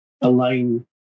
align